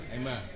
Amen